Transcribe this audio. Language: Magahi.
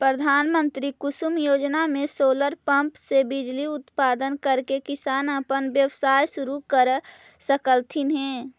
प्रधानमंत्री कुसुम योजना में सोलर पंप से बिजली उत्पादन करके किसान अपन व्यवसाय शुरू कर सकलथीन हे